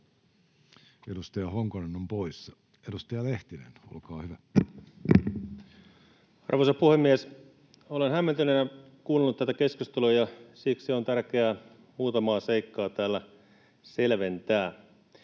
Edustaja Honkonen on poissa. — Edustaja Lehtinen, olkaa hyvä. Arvoisa puhemies! Olen hämmentyneenä kuunnellut tätä keskustelua, ja siksi on tärkeää muutamaa seikkaa täällä selventää: